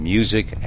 Music